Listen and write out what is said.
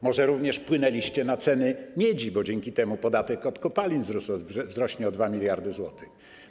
Może również wpłynęliście na ceny miedzi, bo dzięki temu podatek od kopalin wzrośnie o 2 mld zł.